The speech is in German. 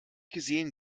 gesehen